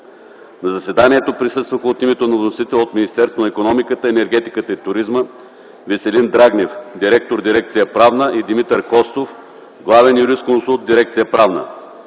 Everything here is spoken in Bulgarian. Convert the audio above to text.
На заседанието присъстваха от името на вносителя от Министерството на икономиката, енергетиката и туризма: Веселин Драгнев – директор на дирекция „Правна”, и Димитър Костов – главен юрисконсулт в дирекция „Правна”.